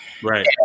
Right